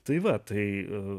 tai va tai